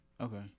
Okay